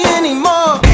anymore